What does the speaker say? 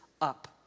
up